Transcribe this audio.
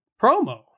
promo